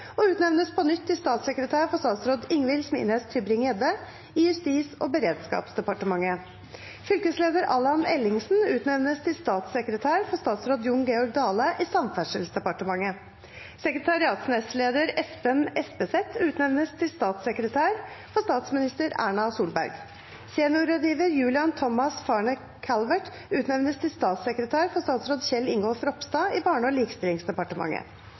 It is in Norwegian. og utnevnes på nytt til statssekretær for statsråd Ingvil Smines Tybring-Gjedde i Justis- og beredskapsdepartementet. Fylkesleder Allan Ellingsen utnevnes til statssekretær for statsråd Jon Georg Dale i Samferdselsdepartementet. Sekretariatsnestleder Espen Espeset utnevnes til statssekretær for statsminister Erna Solberg. Seniorrådgiver Julian Thomas Farner-Calvert utnevnes til statssekretær for statsråd Kjell Ingolf Ropstad i Barne- og likestillingsdepartementet.